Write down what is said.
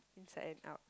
inside and out